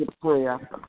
prayer